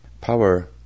power